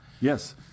Yes